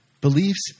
Beliefs